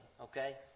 okay